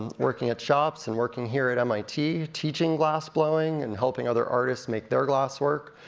working at shops, and working here at mit teaching glassblowing, and helping other artists make their glasswork.